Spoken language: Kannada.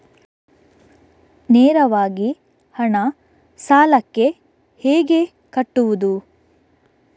ನೇರವಾಗಿ ಹಣ ಸಾಲಕ್ಕೆ ಹೇಗೆ ಕಟ್ಟುವುದು?